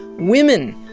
women!